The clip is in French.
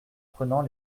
prenant